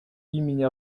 имени